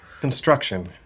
Construction